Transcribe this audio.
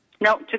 No